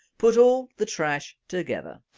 put all the trash together.